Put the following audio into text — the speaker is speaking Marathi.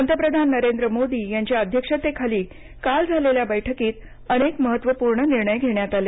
पंतप्रधान नरेंद्र मोदी यांच्या अध्यक्षतेखाली काल झालेल्या बैठकीत अनेक महत्त्वपूर्ण निर्णय घेण्यात आले